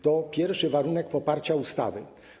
To pierwszy warunek poparcia ustawy.